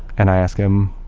and i ask him,